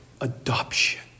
adoption